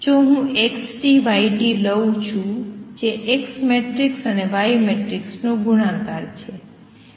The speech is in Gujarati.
જો હું x y લઉં છુ જે X મેટ્રિક્સ અને Y મેટ્રિક્સનો ગુણાકાર છે